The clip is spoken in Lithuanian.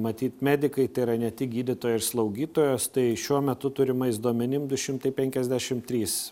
matyt medikai tai yra ne tik gydytojai ir slaugytojos tai šiuo metu turimais duomenim du šimtai penkiasdešimt trys